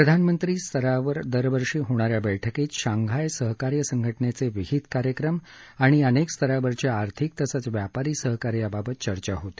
प्रधानमंत्री स्तरावर दरवर्षी होणा या बैठकीत शांघाय सहकार्य संघटनेचे विहित कार्यक्रम आणि अनेक स्तरावरच्या आर्थिक तसंच व्यापारी सहकार्याबाबत चर्चा होते